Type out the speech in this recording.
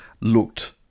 looked